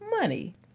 Money